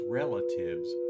relatives